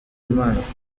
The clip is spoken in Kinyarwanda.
imana